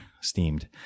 steamed